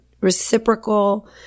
reciprocal